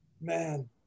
man